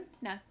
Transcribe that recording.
No